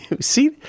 see